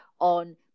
on